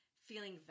feeling